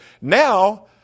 now